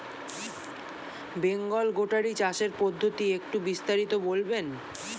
বেঙ্গল গোটারি চাষের পদ্ধতি একটু বিস্তারিত বলবেন?